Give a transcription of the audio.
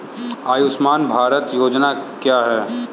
आयुष्मान भारत योजना क्या है?